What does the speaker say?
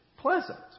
pleasant